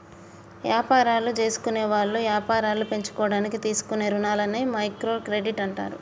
యాపారాలు జేసుకునేవాళ్ళు యాపారాలు పెంచుకోడానికి తీసుకునే రుణాలని మైక్రో క్రెడిట్ అంటారు